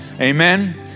amen